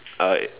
uh